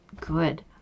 Good